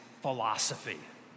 philosophy